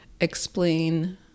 explain